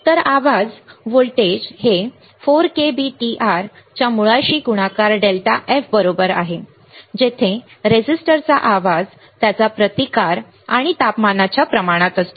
तर आवाज व्होल्टेज हे 4 k B T R च्या मुळाशी गुणाकार डेल्टा F बरोबर आहे जेथे रेझिस्टरचा आवाज त्याच्या प्रतिकार आणि तापमानाच्या प्रमाणात असतो